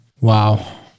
Wow